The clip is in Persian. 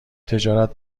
تجارت